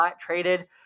traded